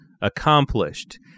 accomplished